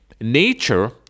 Nature